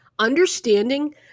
Understanding